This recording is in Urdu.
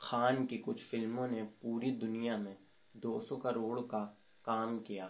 خان کی کچھ فلموں نے پوری دنیا میں دو سو کروڑ کا کام کیا